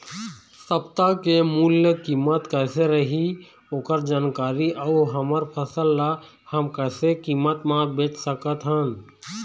सप्ता के मूल्य कीमत कैसे रही ओकर जानकारी अऊ हमर फसल ला हम कैसे कीमत मा बेच सकत हन?